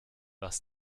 was